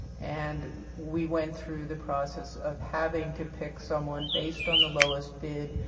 and we went through the process of having to pick someone based on the lowest bid,